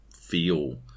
feel